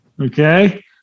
Okay